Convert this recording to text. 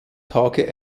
tage